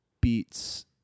beats